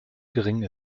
gering